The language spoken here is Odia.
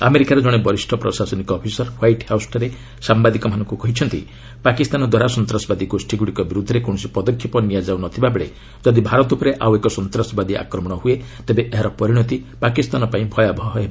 ଆମେରିକାର ଜଣେ ବରିଷ ପ୍ରଶାସନିକ ଅଫିସର ହ୍ୱାଇଟ୍ ହାଉସ୍ଠାରେ ସାମ୍ବାଦିକମାନଙ୍କୁ କହିଛନ୍ତି ପାକିସ୍ତାନଦ୍ୱାରା ସନ୍ତାସବାଦୀ ଗୋଷ୍ଠୀଗୁଡ଼ିକ ବିରୁଦ୍ଧରେ କୌଣସି ପଦକ୍ଷେପ ନିଆଯାଉ ନ ଥିବାବେଳେ ଯଦି ଭାରତ ଉପରେ ଆଉ ଏକ ସନ୍ତାସବାଦୀ ଆକ୍ରମଣ ହୁଏ ତେବେ ଏହାର ପରିଣତି ପାକିସ୍ତାନପାଇଁ ଭୟାବହ ହେବ